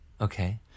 Okay